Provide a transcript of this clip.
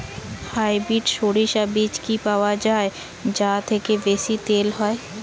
Hybrid শরিষা বীজ কি পাওয়া য়ায় যা থেকে বেশি তেল হয়?